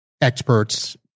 experts